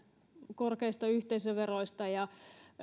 korkeista yhteisöveroista ja